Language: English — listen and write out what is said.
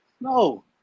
No